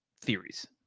theories